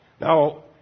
Now